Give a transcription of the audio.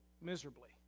miserably